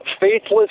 Faithless